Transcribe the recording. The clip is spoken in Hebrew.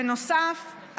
בנוסף,